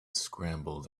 scrambled